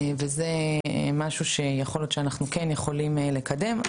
זה משהו שיכול להיות שאנחנו כן יכולים לקדם,